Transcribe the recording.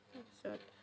তাৰপিছত